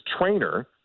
trainer